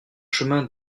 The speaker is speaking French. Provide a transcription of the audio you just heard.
chemin